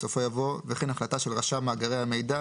בסופו יבוא "וכן החלטה של רשם מאגרי המידע